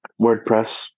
WordPress